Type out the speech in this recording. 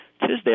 Tisdale